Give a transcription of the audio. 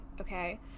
okay